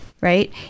right